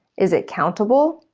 is it countable?